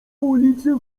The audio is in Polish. ulicy